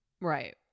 right